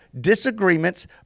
disagreements